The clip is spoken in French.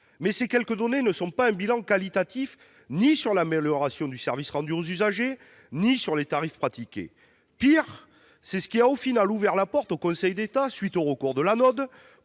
Mais ces quelques données ne font pas un bilan qualitatif ni sur l'amélioration du service rendu aux usagers ni sur les tarifs pratiqués. Pis, c'est ce qui a finalement ouvert la porte au Conseil d'État, à la suite du recours de